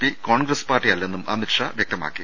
P Congress പാർട്ടിയല്ലെന്നും Amit Shah വൃക്തമാക്കി